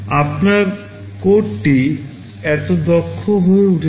আপনার কোডটি এত বেশি দক্ষ হয়ে উঠছে